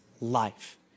life